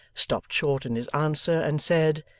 stopped short in his answer and said,